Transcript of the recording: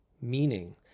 meaning